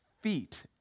feet